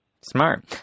Smart